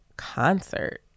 concert